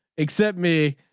except me.